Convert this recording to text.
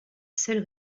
seule